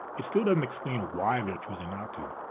it still doesn't explain why they're choosing not to.